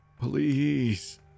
Please